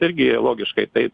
irgi logiškai tai